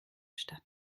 statt